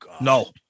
No